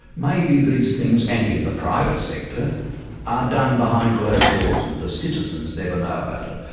maybe these things and in the private sector are done behind closed doors, and the citizens never know about it.